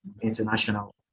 international